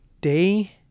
day